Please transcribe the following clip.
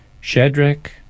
Shadrach